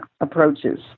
approaches